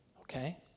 Okay